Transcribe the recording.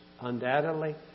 undoubtedly